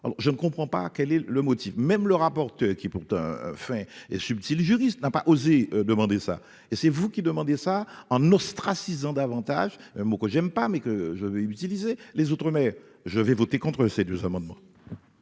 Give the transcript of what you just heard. je ne comprends pas quel est le motif même leur apporte qui pourtant fin et subtil juriste n'a pas osé demandé ça et c'est vous qui demandez ça en ostracisant davantage mon compte, j'aime pas mais que je vais utiliser les autres mais je vais voter contre ces deux amendements.